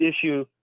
issue